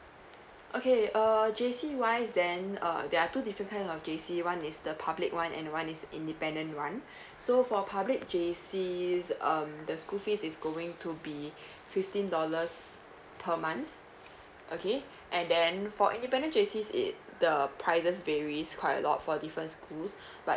okay err J_C wise then uh there are two different kind of J_C one is the public one and one is independent one so for public J_Cs um the school fees is going to be fifteen dollars per month okay and then for independent J_Cs it the prices varies quite a lot for different schools but